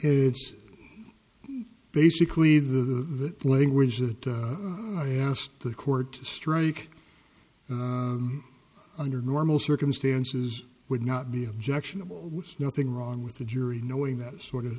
it's basically the language that i asked the court to strike under normal circumstances would not be objectionable it's nothing wrong with the jury knowing that sort of